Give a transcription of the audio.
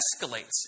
escalates